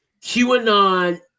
QAnon